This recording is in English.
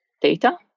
data